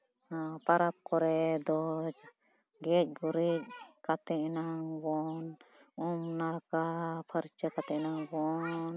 ᱯᱚᱨᱚᱵᱽ ᱠᱚᱨᱮ ᱫᱚ ᱜᱮᱡ ᱜᱩᱨᱤᱡ ᱠᱟᱛᱮ ᱮᱱᱟᱝ ᱵᱚᱱ ᱩᱢ ᱱᱟᱲᱠᱟ ᱯᱷᱟᱨᱪᱟ ᱠᱟᱛᱮ ᱵᱚᱱ